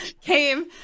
came